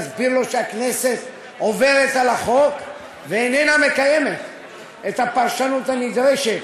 להסביר לו שהכנסת עוברת על החוק ואיננה מקיימת את הפרשנות הנדרשת